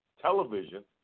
television